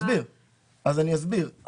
אני אסביר.